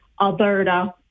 Alberta